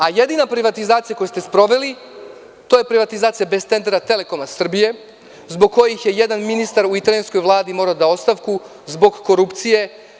A jedina privatizacija koju ste sproveli je privatizacija bez tendera „Telekoma Srbije“, zbog koje je jedan ministar u italijanskoj vladi morao da da ostavku zbog korupcije.